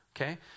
Okay